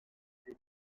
des